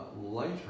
lighter